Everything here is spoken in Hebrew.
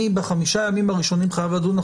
בחמשת הימים הראשונים אני חייב לדון,